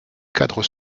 cadre